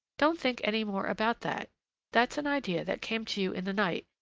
don't think any more about that that's an idea that came to you in the night,